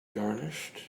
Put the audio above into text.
garnished